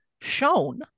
shown